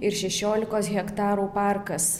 ir šešiolikos hektarų parkas